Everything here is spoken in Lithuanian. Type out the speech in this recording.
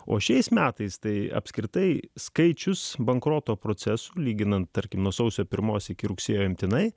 o šiais metais tai apskritai skaičius bankroto procesų lyginant tarkim nuo sausio pirmos iki rugsėjo imtinai